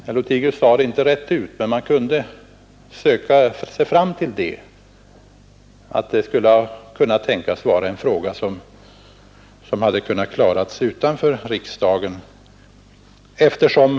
Herr Lothigius sade det inte rätt ut, men man kunde söka sig fram till att det skulle ha kunnat tänkas vara en fråga som hade kunnat klaras utanför riksdagen.